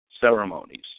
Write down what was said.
ceremonies